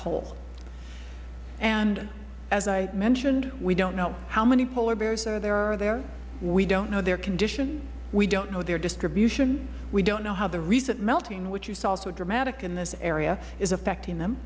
hole as i had mentioned we don't know how many polar bears there are there we don't know their condition we don't know their distribution we don't know how the recent melting which you saw so dramatic in this area is affecting them